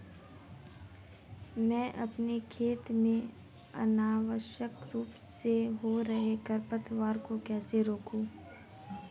मैं अपने खेत में अनावश्यक रूप से हो रहे खरपतवार को कैसे रोकूं?